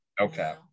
okay